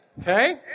Okay